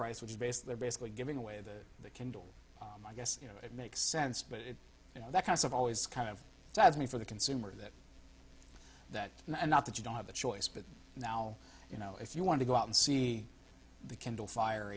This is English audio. price which is based they're basically giving away the the kindle i guess you know it makes sense but it you know that kind of always kind of has me for the consumer that that and not that you don't have a choice but now you know if you want to go out and see the kindle fire